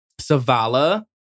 Savala